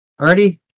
already